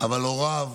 אבל הוריו